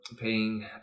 paying